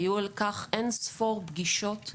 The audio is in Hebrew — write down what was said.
היו על כך אין-ספור פגישות,